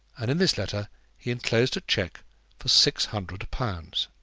and in this letter he enclosed a cheque for six hundred pounds.